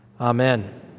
Amen